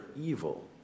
evil